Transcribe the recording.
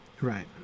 right